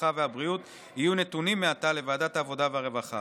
הרווחה והבריאות" יהיו נתונים מעתה ל"ועדת העבודה והרווחה".